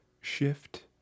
shift